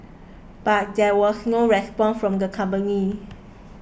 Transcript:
but there was no response from the company